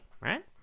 right